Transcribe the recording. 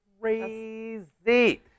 crazy